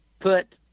put